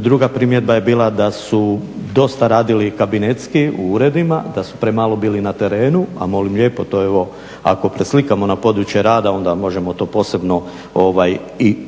Druga primjedba je bila da su dosta radili kabinetski u uredima da su premalo bili na terenu. A molim lijepo to je ovo ako preslikamo na područje rada onda možemo to posebno i potrebno